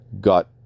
got